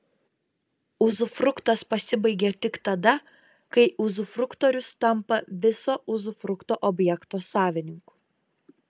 uzufruktas pasibaigia tik tada kai uzufruktorius tampa viso uzufrukto objekto savininku